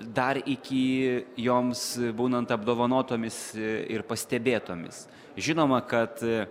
dar iki joms būnant apdovanotomis ir pastebėtomis žinoma kad